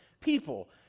people